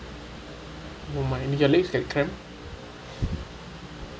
oh my did your legs get cramp